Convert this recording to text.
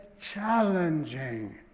challenging